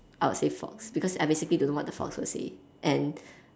I will say fox because I basically don't know what the fox will say and